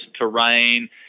terrain